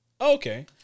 Okay